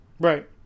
Right